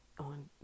On